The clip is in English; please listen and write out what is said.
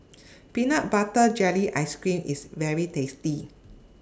Peanut Butter Jelly Ice Cream IS very tasty